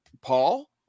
Paul